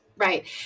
Right